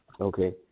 Okay